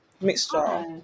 mixture